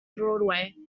broadway